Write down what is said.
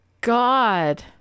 God